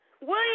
William